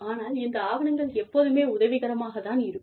ஆனால் இந்த ஆவணங்கள் எப்போதுமே உதவிக்கரமாகத் தான் இருக்கும்